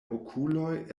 okuloj